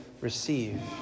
receive